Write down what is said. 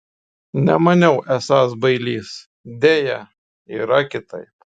nemaniau esąs bailys deja yra kitaip